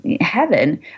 heaven